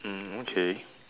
mm okay